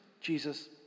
Jesus